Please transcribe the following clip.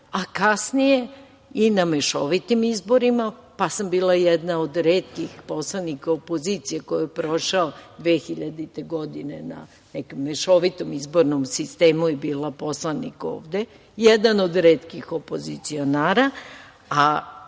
a kasnije i na mešovitim izborima, pa sam bila jedna od retkih poslanik opozicije ko je prošao 2000. godine na nekom mešovitom izbornom sistemu i bila poslanik ovde, jedan od retkih opozicionara,